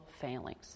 failings